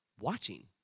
watching